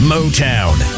Motown